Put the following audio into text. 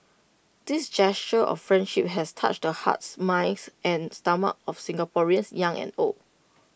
these gestures of friendship has touched the hearts minds and stomachs of Singaporeans young and old